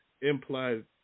implied